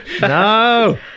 No